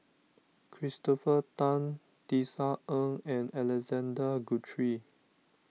Christopher Tan Tisa Ng and Alexander Guthrie